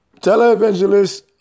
televangelists